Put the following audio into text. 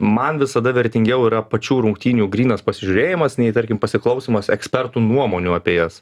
man visada vertingiau yra pačių rungtynių grynas pasižiūrėjimas nei tarkim pasiklausymas ekspertų nuomonių apie jas